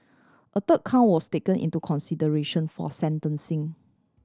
a third count was taken into consideration for sentencing